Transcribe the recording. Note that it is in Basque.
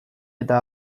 eta